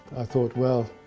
thought well,